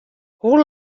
hoe